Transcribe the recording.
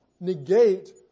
negate